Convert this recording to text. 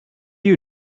you